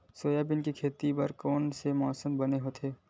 Soybean के खेती बर कोन से मौसम बने होथे?